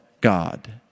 God